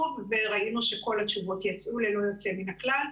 וראינו שכל התשובות יצאו ללא יוצא מן הכלל,